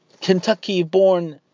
Kentucky-born